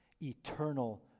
eternal